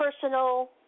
personal